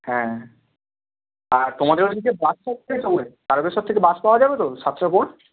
হ্যাঁ আর তোমাদের ওই দিকে বাস টাস তারকেশ্বর থেকে বাস পাওয়া যাবে তো সাতটার পর